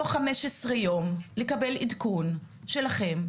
בתוך חמישה עשר יום לקבל עדכון שלכם,